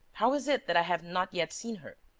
how is it that i have not yet seen her?